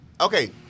Okay